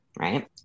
right